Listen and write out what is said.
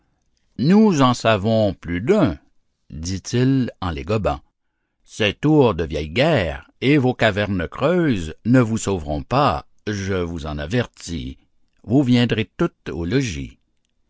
nous en savons plus d'un dit-il en les gobant c'est tour de vieille guerre et vos cavernes creuses ne vous sauveront pas je vous en avertis vous viendrez toutes au logis